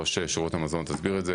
ראש שירות המזון תסביר את זה,